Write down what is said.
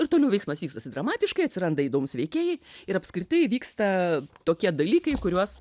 ir toliau veiksmas vystosi dramatiškai atsiranda įdomūs veikėjai ir apskritai vyksta tokie dalykai kuriuos